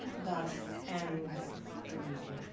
thus ends the reading.